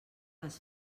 les